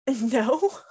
no